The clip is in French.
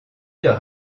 leur